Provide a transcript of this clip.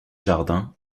jardin